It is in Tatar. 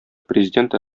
президенты